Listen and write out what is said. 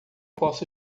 posso